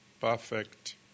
perfect